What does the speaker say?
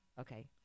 okay